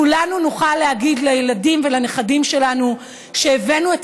כולנו נוכל להגיד לילדים ולנכדים שלנו שהבאנו את